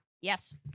Yes